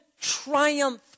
triumph